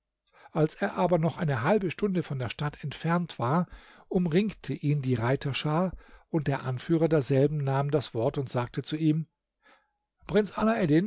als er aber noch eine halbe stunde von der stadt entfernt war umringte ihn die reiterschar und der anführer derselben nahm das wort und sagte zu ihm prinz